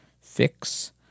fix